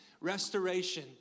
restoration